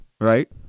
Right